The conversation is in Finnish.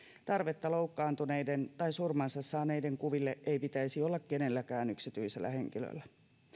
tarvetta loukkaantuneiden tai surmansa saaneiden kuville ei pitäisi olla kenelläkään yksityisellä henkilöllä